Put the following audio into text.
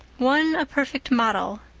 one a perfect model,